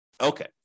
Okay